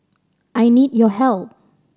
I need your help